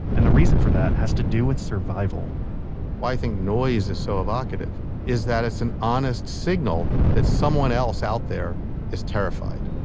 and the reason for that has to do with survival why i think noise is so evocative is that it's an honest signal that someone else out there is terrified,